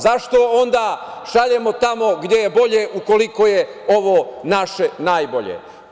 Zašto onda šaljemo tamo gde je bolje, ukoliko je ovo naše najbolje?